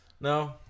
no